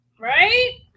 Right